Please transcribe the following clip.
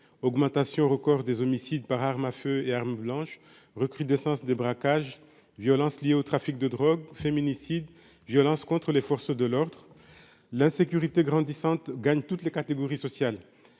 augmentation record des homicides par arme à feu et arme blanche recrudescence des braquages, violence liée au trafic de drogue féminicides violences contre les forces de l'ordre, l'insécurité grandissante gagne toutes les catégories sociales